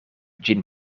ĝin